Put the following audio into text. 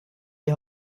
die